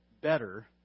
better